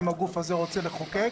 אם הגוף הזה רוצה לחוקק,